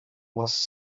was